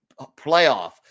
playoff